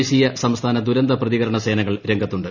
ദേശീയ സംസ്ഥാന ദുരന്ത പ്രതികരണ സേനകൾ രംഗത്തുണ്ട്